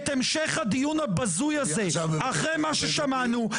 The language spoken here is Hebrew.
המשך הדיון הבזוי הזה אחרי מה ששמענו,